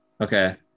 Okay